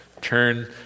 turn